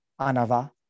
anava